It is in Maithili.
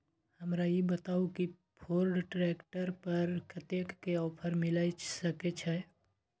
हमरा ई बताउ कि फोर्ड ट्रैक्टर पर कतेक के ऑफर मिलय सके छै?